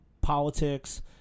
politics